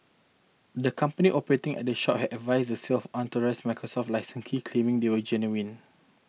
the company operating at the shop had advertised the sale of unauthorised Microsoft licence key claiming they were genuine